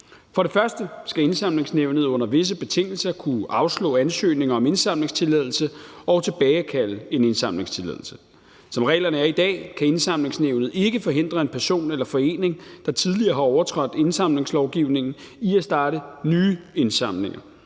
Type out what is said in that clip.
For det første skal Indsamlingsnævnet under visse betingelser kunne afslå ansøgninger om indsamlingstilladelse og tilbagekalde en indsamlingstilladelse. Som reglerne er i dag, kan Indsamlingsnævnet ikke forhindre en person eller forening, der tidligere har overtrådt indsamlingslovgivningen, i at starte nye indsamlinger,